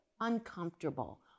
uncomfortable